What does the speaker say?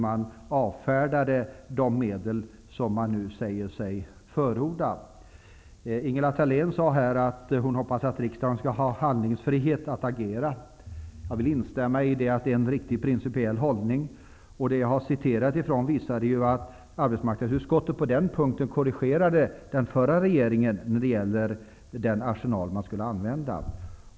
Man avfärdade de medel som man nu säger sig förorda. Ingela Thalén sade att hon hoppas att riksdagen skall ha handlingsfrihet att agera. Jag vill instämma i att det är en riktig principiell hållning. Det jag har citerat visade att arbetsmarknadsutskottet på den punkten korrigerade den förra regeringen beträffande den arsenal man skulle använda.